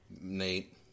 Nate